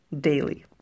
daily